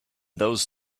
those